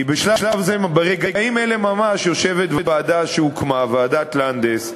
כי ברגעים אלה ממש יושבת ועדה שהוקמה, ועדת לנדס,